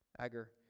Agar